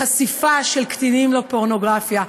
בחשיפה של קטינים לפורנוגרפיה?